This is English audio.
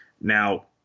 Now